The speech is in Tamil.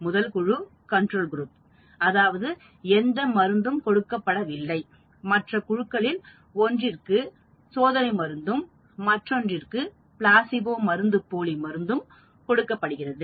முதல் குழு கண்ட்ரோல் குரூப் அதாவது எந்த மருந்தும் கொடுக்கப்படவில்லை மற்ற குழுக்களில் ஒன்றிற்கு சோதனை மருந்தும் மற்றொன்றிற்கு பிளாசிபோ மருந்துப்போலி மருந்தும் கொடுக்கப்படுகிறது